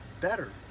better